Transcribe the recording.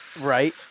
Right